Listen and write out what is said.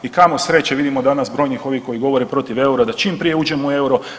I kamo sreće, vidimo danas brojnih ovih koji govore protiv eura da čim prije uđemo u euro.